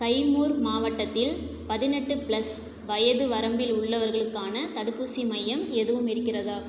கைமூர் மாவட்டத்தில் பதினெட்டு ப்ளஸ் வயது வரம்பில் உள்ளவர்களுக்கான தடுப்பூசி மையம் எதுவும் இருக்கிறதா